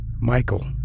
Michael